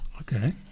Okay